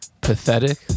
pathetic